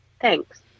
thanks